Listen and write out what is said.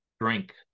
drink